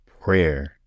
prayer